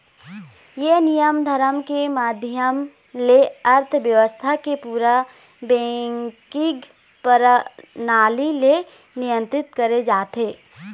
ये नियम धरम के माधियम ले अर्थबेवस्था के पूरा बेंकिग परनाली ले नियंत्रित करे जाथे